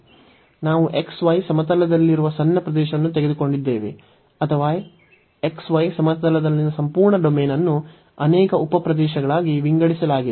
ನಾವು xy ಸಮತಲದಲ್ಲಿರುವ ಸಣ್ಣ ಪ್ರದೇಶವನ್ನು ತೆಗೆದುಕೊಂಡಿದ್ದೇವೆ ಅಥವಾ xy ಸಮತಲದಲ್ಲಿನ ಸಂಪೂರ್ಣ ಡೊಮೇನ್ ಅನ್ನು ಅನೇಕ ಉಪ ಪ್ರದೇಶಗಳಾಗಿ ವಿಂಗಡಿಸಲಾಗಿದೆ